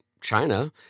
China